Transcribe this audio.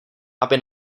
aby